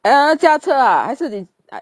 err 驾车 ah 还是你